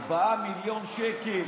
4 מיליון שקל